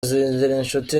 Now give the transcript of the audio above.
zigirinshuti